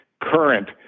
current